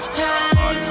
time